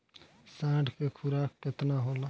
साढ़ के खुराक केतना होला?